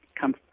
come